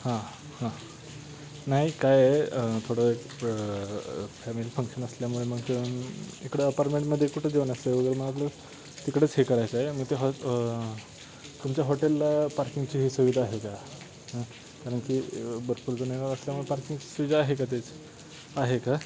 हां हां नाही काय आहे थोडं फॅमिली फंक्शन असल्यामुळे मग इकडं अपार्टमेंटमध्ये कुठं जाऊन असं वगैरे मग आपलं तिकडंच हे करायचं आहे मग ते ह तुमच्या हॉटेलला पार्किंगची ही सुविधा आहे का हां कारण की भरपूरजण येणार असल्यामुळे पार्किंगची सुविधा आहे का तेच आहे का